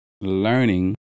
learning